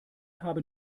haben